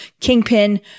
Kingpin